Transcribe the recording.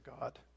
God